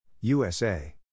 USA